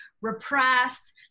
repress